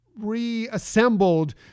reassembled